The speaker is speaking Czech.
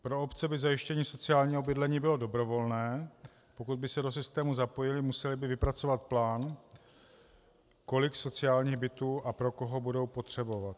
Pro obce by zajištění sociálního bydlení bylo dobrovolné, pokud by se do systému zapojily, musely by vypracovat plán, kolik sociálních bytů a pro koho budou potřebovat.